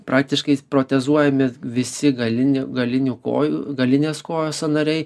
praktiškais protezuojami visi galinė galinių kojų galinės kojos sąnariai